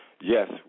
yes